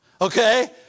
Okay